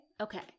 okay